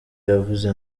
yavuze